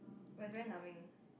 but very numbing